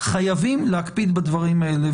חייבים להקפיד בדברים האלה.